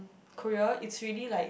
Korea is really like